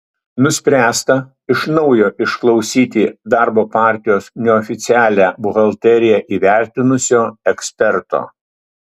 nuspręsta iš naujo išklausyti darbo partijos neoficialią buhalteriją įvertinusio eksperto